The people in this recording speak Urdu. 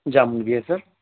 جامن بھی ہے سر